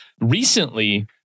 Recently